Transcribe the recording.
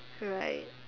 right